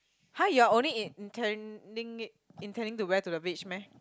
!huh! you're only intending it intending to wear to the beach meh